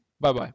bye-bye